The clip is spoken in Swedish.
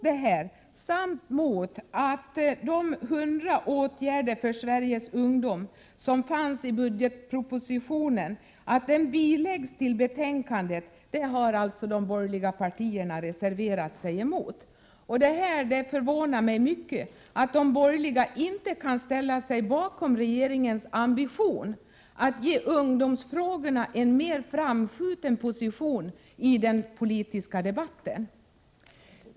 Detta samt de 100 punkter till åtgärder för Sveriges ungdom som föreslås i propositionen och som bilagts betänkandet har de borgerliga reserverat sig 5 mot. Det förvånar mig mycket att de borgerliga inte kan ställa sig bakom regeringens ambitioner att ge ungdomsfrågorna en mer framskjuten position i den politiska debatten.